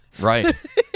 Right